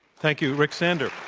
thank you, rick sander.